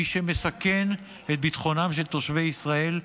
מי שמסכן את ביטחונם של תושבי ישראל,